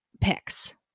picks